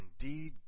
indeed